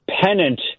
pennant